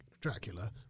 Dracula